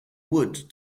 wood